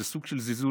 וזה סוג של זלזול,